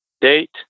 date